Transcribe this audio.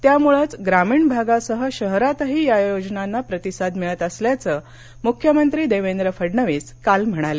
त्यामुळेच ग्रामीण भागासह शहरातही या योजनांना प्रतिसाद मिळत असल्याचं मुख्यमंत्री देवेंद्र फडणवीस काल म्हणाले